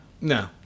no